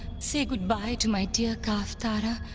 say goodbye to my dear calf, tara,